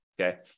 okay